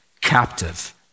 captive